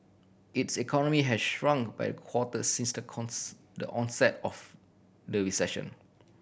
its economy has shrunk by a quarter since the the onset of the recession